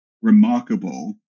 remarkable